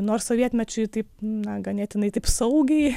nors sovietmečiui taip na ganėtinai taip saugiai